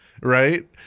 Right